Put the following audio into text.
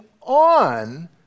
on